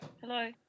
Hello